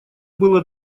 было